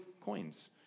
coins